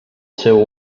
seu